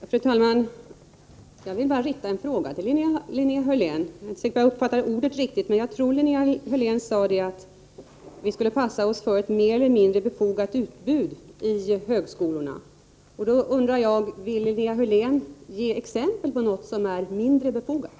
Fru talman! Jag vill bara rikta en fråga till Linnea Hörlén. Jag är inte säker på att jag uppfattade det rätt, men jag tror att Linnea Hörlén sade att vi skulle passa oss för ett mer eller mindre befogat utbud i högskolorna. Vill Linnea Hörlén ge exempel på något som är mindre befogat?